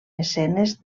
escenes